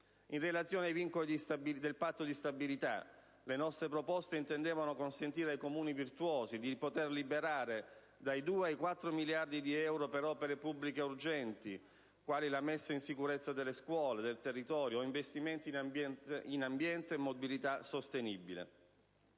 In relazione ai vincoli del Patto di stabilità, le nostre proposte intendevano consentire almeno ai Comuni virtuosi di poter liberare dai 2 ai 4 miliardi di euro per opere pubbliche urgenti, quali la messa in sicurezza delle scuole, del territorio o investimenti in ambiente e mobilità sostenibile.